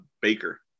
Baker